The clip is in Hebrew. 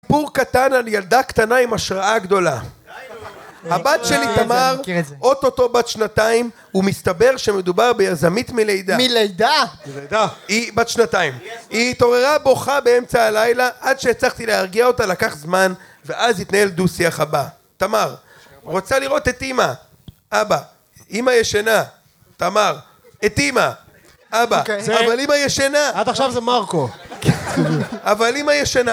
סיפור קטן על ילדה קטנה עם השראה גדולה. הבת שלי תמר אוטוטו בת שנתיים ומסתבר שמדובר ביזמית מלידה. מלידה? מלידה היא בת שנתיים היא התעוררה בוכה באמצע הלילה עד שהצלחתי להרגיע אותה לקח זמן ואז התנהל דו שיח הבא: תמר - רוצה לראות את אמא. אבא: אמא ישנה. תמר- את אמא. אבא: אבל אימא ישנה. עד עכשיו זה מרקו. אבל אימא ישנה